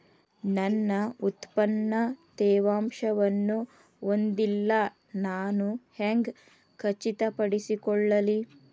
ನನ್ನ ಉತ್ಪನ್ನ ತೇವಾಂಶವನ್ನು ಹೊಂದಿಲ್ಲಾ ನಾನು ಹೆಂಗ್ ಖಚಿತಪಡಿಸಿಕೊಳ್ಳಲಿ?